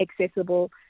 accessible